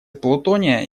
плутония